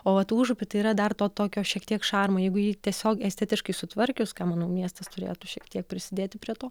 o vat užupy tai yra dar to tokio šiek tiek šarmo jeigu jį tiesiog estetiškai sutvarkius ką manau miestas turėtų šiek tiek prisidėti prie to